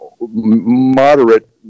moderate-